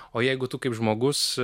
o jeigu tu kaip žmogus